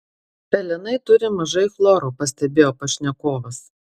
pelenai turi mažai chloro pastebėjo pašnekovas